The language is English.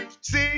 see